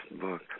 book